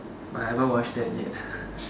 but I haven't watched that yet